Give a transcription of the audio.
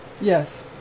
Yes